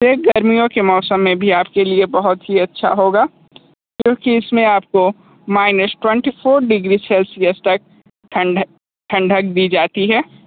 तो यह गर्मियों के मौसम में भी आपके लिए बहुत अच्छा होगा क्योंकि इसमें आपको minus twenty four degree Celsius तक ठंड ठंडक दी जाती है